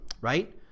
right